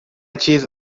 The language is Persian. چیز